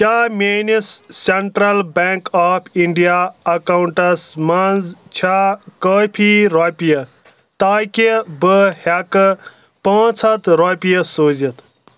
کیٛاہ میٲنِس Central Bank of India accounts منٛز چھا کٲفی رۄپیہِ تاکہِ بہٕ ہٮ۪کہٕ پانژھ ہتھ رۄپیہِ سوٗزِتھ